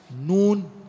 noon